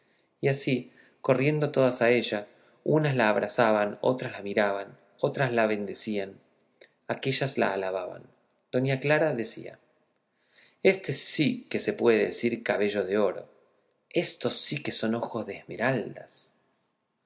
y así corrieron todas a ella unas la abrazaban otras la miraban éstas la bendecían aquéllas la alababan doña clara decía éste sí que se puede decir cabello de oro éstos sí que son ojos de esmeraldas